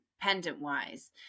pendant-wise